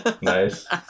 Nice